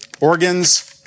organs